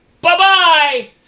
Bye-bye